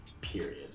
period